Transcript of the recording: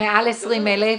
לא,